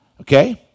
Okay